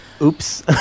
Oops